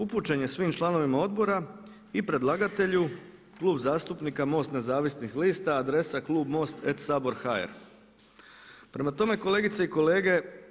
Upućen je svim članovima odbora i predlagatelju Klub zastupnika MOST Nezavisnih lista, adresa klubmost@sabor.hr Prema tome kolegice i kolege.